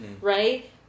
right